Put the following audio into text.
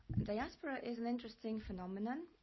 diaspora is an interesting phenomenon.